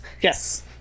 yes